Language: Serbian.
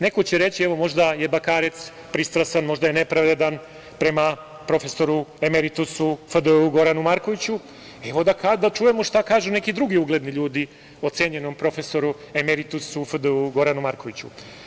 Neko će reći - evo možda je Bakarec pristrasan, možda je nepravedan prema profesoru emeritusu FDU, Goranu Markoviću, evo da čujemo šta kažu neki drugi ugledni ljudi o cenjenom profesoru emeritusu FDU, Goranu Markoviću.